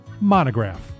Monograph